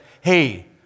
Hey